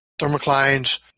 thermoclines